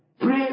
pray